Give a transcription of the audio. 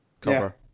cover